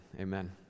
amen